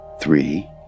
three